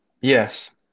yes